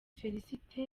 félicité